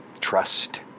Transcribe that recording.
trust